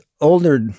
older